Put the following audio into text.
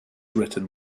written